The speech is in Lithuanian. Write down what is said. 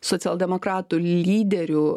socialdemokratų lyderių